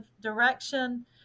direction